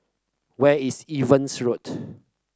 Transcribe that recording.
where is Evelyn's Road